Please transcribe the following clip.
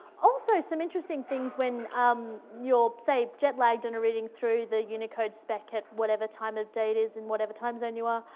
also some interesting things, when um you're, say, jet lagged and are reading through the unicode spec at whatever time of day it is in whatever time zone you are, um,